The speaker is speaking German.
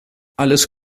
alles